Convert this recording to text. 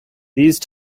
these